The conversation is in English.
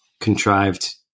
contrived